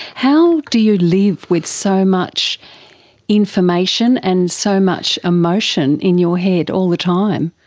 how do you live with so much information and so much emotion in your head all the time?